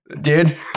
Dude